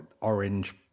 orange